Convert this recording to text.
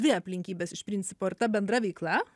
dvi aplinkybės iš principo ir ta bendra veikla